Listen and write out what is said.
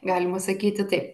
galima sakyti taip